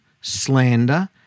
slander